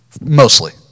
mostly